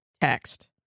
text